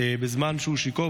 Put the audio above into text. בזמן שהוא שיכור,